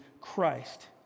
Christ